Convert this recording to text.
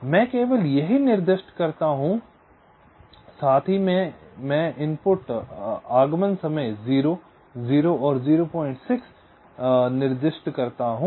इसलिए मैं केवल यही नहीं निर्दिष्ट करता हूं साथ ही मैं इनपुट आगमन समय 0 0 और 06 निर्दिष्ट करता हूं